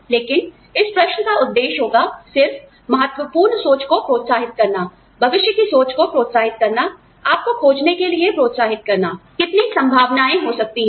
लेकिन इस प्रश्न का उद्देश्य होगा सिर्फ महत्वपूर्ण सोच को प्रोत्साहित करना भविष्य की सोच को प्रोत्साहित करना आपको खोजने के लिए प्रोत्साहित करना कितनी संभावनाएं हो सकती हैं